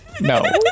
No